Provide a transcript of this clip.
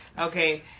okay